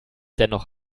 dennoch